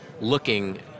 looking